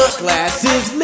glasses